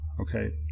Okay